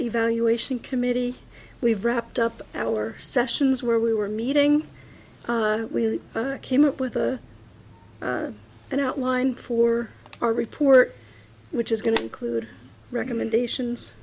evaluation committee we've wrapped up our sessions where we were meeting we came up with an outline for our report which is going to include recommendations